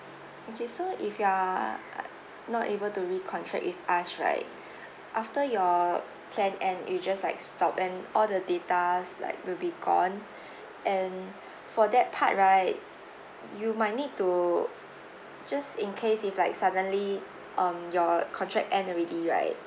okay so if you are uh not able to recontract with us right after your plan end you just like stop and all the datas like will be gone and for that part right you might need to just in case if like suddenly um your contract end already right